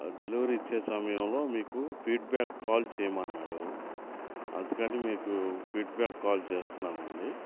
delivery ఇచ్చే సమయంలో మీకు ఫీడ్బ్యాక్ కాల్ చేయమన్నాడు అందుకని మీకు ఫీడ్బ్యాక్ కాల్ చేస్తున్నామండి